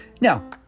Now